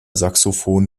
saxophon